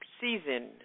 season